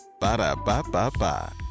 Ba-da-ba-ba-ba